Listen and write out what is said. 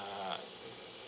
mm